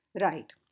right